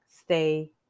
stay